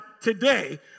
today